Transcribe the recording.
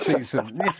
season